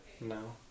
no